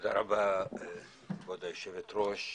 תודה רבה כבוד יושבת הראש,